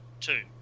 two